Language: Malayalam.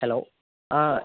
ഹലോ ആ